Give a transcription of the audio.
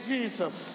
Jesus